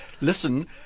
Listen